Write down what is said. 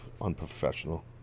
Unprofessional